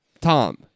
Tom